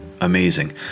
Amazing